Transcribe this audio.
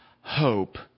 hope